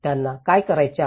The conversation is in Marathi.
त्यांना काय करायचे आहे